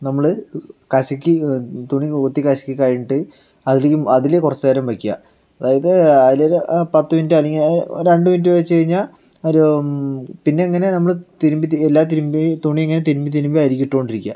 നമ്മൾ കശക്കി തുണി കുതിർത്ത് കശക്കി കഴിഞ്ഞിട്ട് അതിലും അതിൽ കുറച്ച് നേരം വെക്കുക അതായത് അതിലൊരു പത്ത് മിനിറ്റ് അല്ലെങ്കിൽ ഒരു രണ്ട് മിനിറ്റ് വെച്ച് കഴിഞ്ഞാൽ ഒരു പിന്നെ ഇങ്ങനെ നമ്മൾ തിരുമ്പി എല്ലാം തിരുമ്പി തുണി ഇങ്ങനെ തിരുമ്പി തിരുമ്പി അതിലിട്ടു കൊണ്ട് ഇരിക്കുക